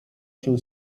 się